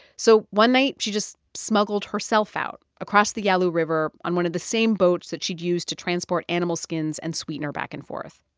so one night, she just smuggled herself out across the yalu river on one of the same boats that she'd used to transport animal skins and sweetener back and forth.